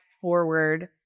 forward